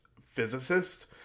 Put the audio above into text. physicist